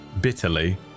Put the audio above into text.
bitterly